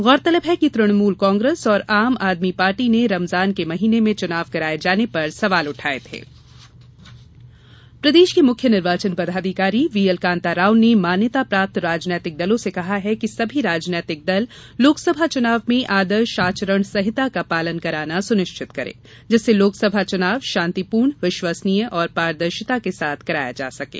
गौरतलब है कि तृणमुल कांग्रेस और आम आदमी पार्टी ने रमजान के महीने में चुनाव कराये जाने पर सवाल उठाये थे कांताराव आचार संहिता प्रदेश के मुख्य निर्वाचन पदाधिकारी वीएल कान्ताराव ने मान्यता प्राप्त राजनैतिक दलों से कहा है कि सभी राजनेतिक दल लोकसभा चुनाव में आदर्श आचरण संहिता का पालन कराना सुनिश्चित करें जिससे लोकसभा चुनाव शान्तिपूर्ण विश्वसनीय और पारदर्शिता के साथ कराया जा सकें